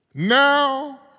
Now